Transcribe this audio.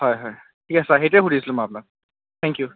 হয় হয় ঠিক আছে সেইটোৱে সুধিছিলোঁ মই আপোনাক থেংক ইউ